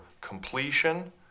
completion